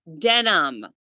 denim